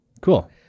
Cool